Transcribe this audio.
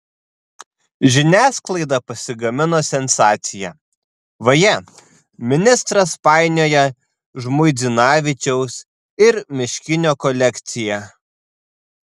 žiniasklaida pasigamino sensaciją vaje ministras painioja žmuidzinavičiaus ir miškinio kolekciją